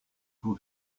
vous